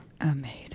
Amazing